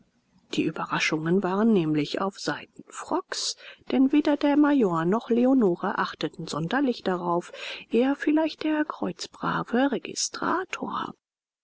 die überraschungen waren nämlich auf seiten frocks denn weder der major noch leonore achteten sonderlich darauf eher vielleicht der kreuzbrave registrator